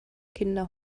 kinder